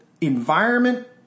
environment